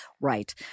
Right